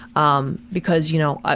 um, because, you know, ah